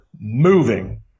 moving